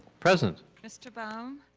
present. mr. baum?